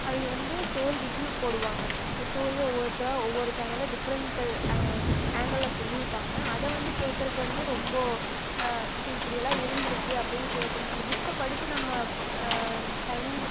அவங்க வந்து story review போடுவாங்க அந்த ஸ்டோரியை ஒவ்வொருத்தராக ஒவ்வொரு சேனலில் டிஃப்ரெண்ட்டு ஆங்கலில் சொல்லியிருப்பாங்க அதை வந்து கேட்கறக்கு வந்து ரொம்ப ஸோ இப்படியெல்லாம் இருந்திருக்கு அப்படினு கேட்கம் அந்த புக்கை படிச்சு நம்ம டைம்